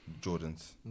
Jordans